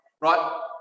right